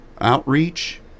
outreach